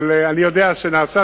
אני יודע שנעשה